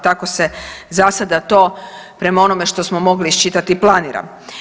Tako se zasada to prema onome što smo mogli iščitati planira.